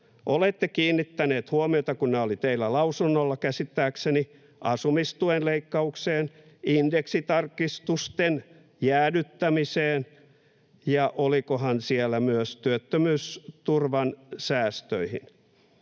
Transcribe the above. olette kiinnittäneet huomiota, kun nämä olivat teillä lausunnolla käsittääkseni, asumistuen leikkaukseen, indeksitarkistusten jäädyttämiseen ja olikohan siellä myös työttömyysturvan säästöihin.